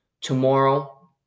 tomorrow